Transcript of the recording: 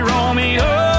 Romeo